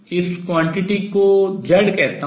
इस quantity राशि को z कहता हूँ